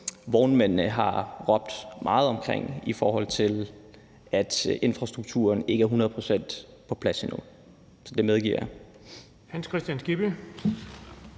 vognmændene har råbt højt op om, altså i forhold til at infrastrukturen ikke er hundrede procent på plads endnu. Så det medgiver jeg. Kl. 13:26 Den fg.